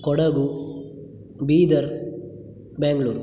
Kodagu Bidar Bengaluru